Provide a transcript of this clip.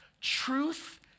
truth